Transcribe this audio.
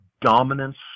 dominance